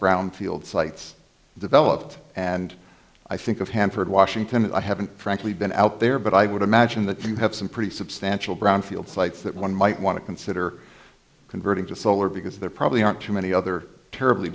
brownfield sites developed and i think of hanford washington i haven't frankly been out there but i would imagine that you have some pretty substantial brownfield sites that one might want to consider converting to solar because there probably aren't too many other terribly